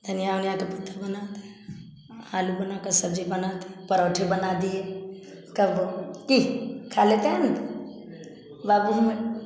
धनिया वनिया का पत्ता बनाते हैं आलू बनाकर सब्जी बनाते पराठे बना दिए कभी रोटी खा लेते हैं वापस